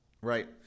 Right